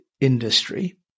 industry